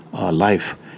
life